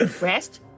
rest